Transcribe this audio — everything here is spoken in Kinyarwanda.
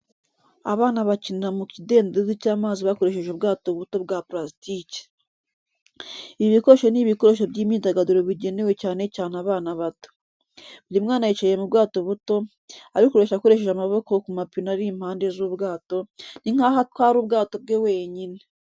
Abana bakinira mu kidendezi cy’amazi bakoresheje ubwato buto bwa purasitiki. Ibi bikoresho ni ibikoresho by’imyidagaduro bigenewe cyane cyane abana bato. Buri mwana yicaye mu bwato buto, abukoresha akoresheje amaboko ku mapine ari impande z’ubwato, ni nkaho atwara ubwato bwe wenyine.